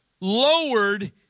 Lowered